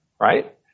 Right